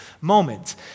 moment